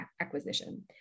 acquisition